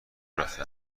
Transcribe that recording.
رفته